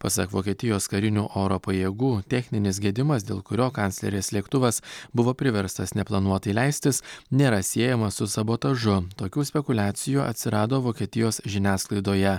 pasak vokietijos karinių oro pajėgų techninis gedimas dėl kurio kanclerės lėktuvas buvo priverstas neplanuotai leistis nėra siejamas su sabotažu tokių spekuliacijų atsirado vokietijos žiniasklaidoje